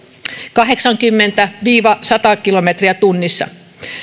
kahdeksankymmentä viiva sata kilometriä tunnissa